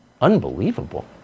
Unbelievable